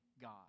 God